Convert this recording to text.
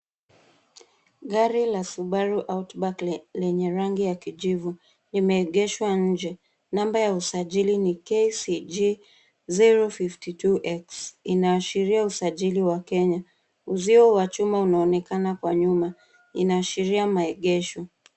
Gari la Subaru Outback lenye rangi ya kijivu limeegeshwa nje. Namba ya usajili ni KCG 052X, inaashiria usajili wa Kenya. Uzio wa chuma unaonekana kwa nyuma, inaashiria maegesho.